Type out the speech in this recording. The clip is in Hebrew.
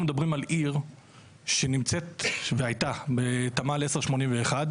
אנחנו מדברים על עיר שנמצאת והייתה בתמ"ל 10/81,